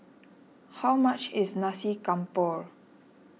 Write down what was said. how much is Nasi Campur